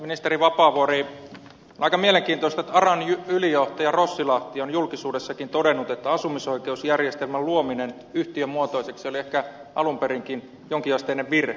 ministeri vapaavuori aika mielenkiintoista että aran ylijohtaja rossilahti on julkisuudessakin todennut että asumisoikeusjärjestelmän luominen yhtiömuotoiseksi oli ehkä alun perinkin jonkinasteinen virhe